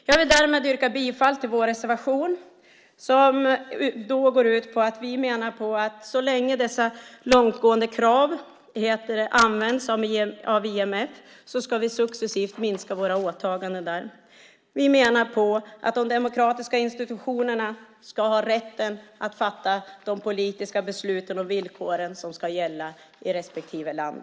Jag vill därmed yrka bifall till vår reservation som går ut på att vi så länge dessa långtgående krav används av IMF successivt ska minska våra åtaganden där. Vi menar att de demokratiska institutionerna ska ha rätten att fatta de politiska besluten och bestämma vilka villkor som ska gälla i respektive land.